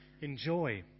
enjoy